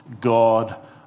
God